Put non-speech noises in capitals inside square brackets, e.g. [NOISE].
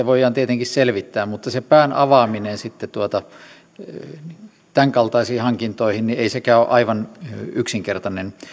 [UNINTELLIGIBLE] voidaan tietenkin selvittää mutta se pään avaaminen sitten tämän kaltaisiin hankintoihin ei sekään ole aivan yksinkertainen